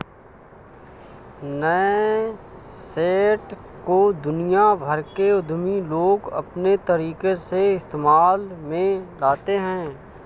nascent को दुनिया भर के उद्यमी लोग अपने तरीके से इस्तेमाल में लाते हैं